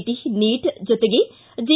T NEET ಜೊತೆಗೆ J